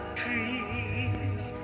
trees